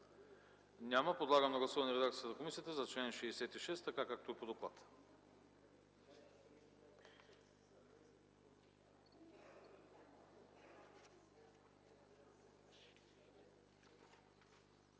Няма. Подлагам на гласуване редакцията на комисията за чл. 66, така както е по доклада.